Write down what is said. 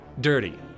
Dirty